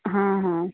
ହଁ ହଁ